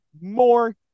more